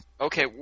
Okay